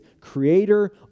creator